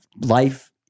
life